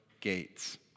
gates